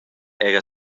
era